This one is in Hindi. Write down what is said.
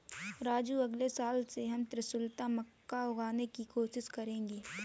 राजू अगले साल से हम त्रिशुलता मक्का उगाने की कोशिश करेंगे